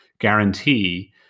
guarantee